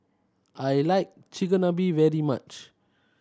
I like Chigenabe very much